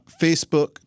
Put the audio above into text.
Facebook